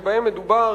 שבהם מדובר,